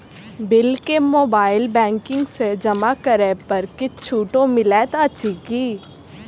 Bill केँ mobile banking सँ जमा करै पर किछ छुटो मिलैत अछि की?